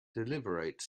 deliberate